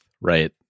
right